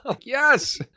Yes